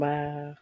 Wow